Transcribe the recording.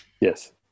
Yes